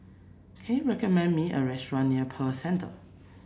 can you recommend me a restaurant near Pearl Centre